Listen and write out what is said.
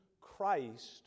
Christ